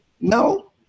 no